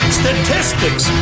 statistics